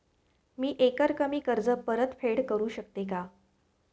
मी एकरकमी कर्ज परतफेड करू शकते का?